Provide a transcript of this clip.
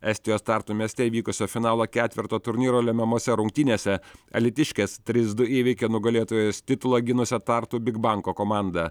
estijos tartu mieste įvykusio finalo ketverto turnyro lemiamose rungtynėse alytiškės trys du įveikė nugalėtojos titulą ginusią tartu bigbanko komandą